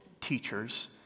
teachers